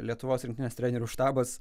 lietuvos rinktinės trenerių štabas